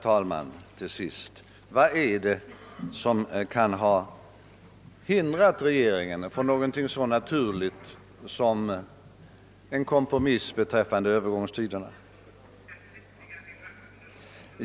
Till sist: Vad är det som kan ha hindrat regeringen från någonting så naturligt som en kompromiss beträffande övergångstiderna?